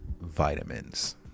vitamins